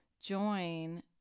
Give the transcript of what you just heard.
join